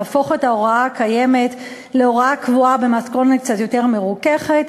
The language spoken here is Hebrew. להפוך את ההוראה הקיימת להוראה קבועה במתכונת קצת יותר מרוככת,